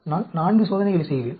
நான் 4 சோதனைகள் செய்வேன்